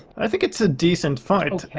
i think it's a decent fight. it's ok.